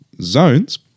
Zones